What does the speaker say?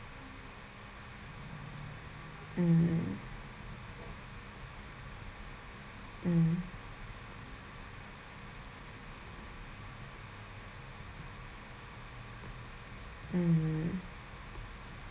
mm mm mm